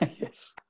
Yes